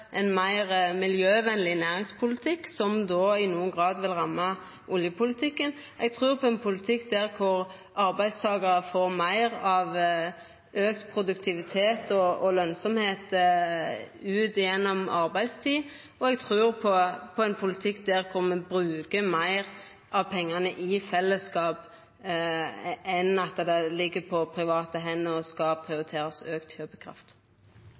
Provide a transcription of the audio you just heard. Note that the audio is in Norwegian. ein meir miljøvenleg næringspolitikk, som i nokon grad vil ramma oljepolitikken. Eg trur på ein politikk der arbeidstakarar bidreg til auka produktivitet og lønsemd gjennom arbeidstida si. Og eg trur på ein politikk der me brukar meir av pengane i fellesskap, i staden for at dei er på private hender og ein skal prioritera auka kjøpekraft.